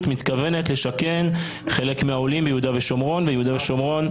מתכוונת לשכן חלק מהעולים ביהודה ושומרון.